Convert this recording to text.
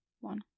one